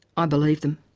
ah i believe them.